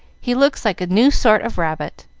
he looks like a new sort of rabbit.